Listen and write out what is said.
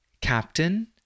Captain